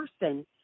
person